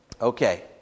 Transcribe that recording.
Okay